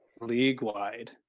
League-wide